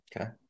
okay